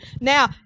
Now